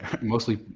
mostly